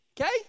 Okay